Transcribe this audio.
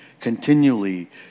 Continually